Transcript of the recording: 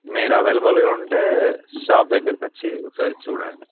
మీరు అవైలబుల్గా ఉంటే షాప్ దగ్గరకచ్చి ఒకసారి చూడండి